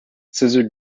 scissor